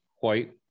white